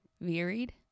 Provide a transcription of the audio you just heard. Varied